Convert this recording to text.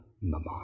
Mama